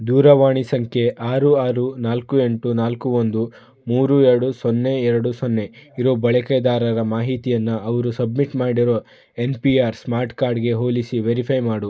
ದೂರವಾಣಿ ಸಂಖ್ಯೆ ಆರು ಆರು ನಾಲ್ಕು ಎಂಟು ನಾಲ್ಕು ಒಂದು ಮೂರು ಎರಡು ಸೊನ್ನೆ ಎರಡು ಸೊನ್ನೆ ಇರೋ ಬಳಕೆದಾರರ ಮಾಹಿತಿಯನ್ನು ಅವರು ಸಬ್ಮಿಟ್ ಮಾಡಿರೋ ಎನ್ ಪಿ ಆರ್ ಸ್ಮಾರ್ಟ್ ಕಾರ್ಡ್ಗೆ ಹೋಲಿಸಿ ವೆರಿಫೈ ಮಾಡು